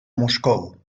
moscou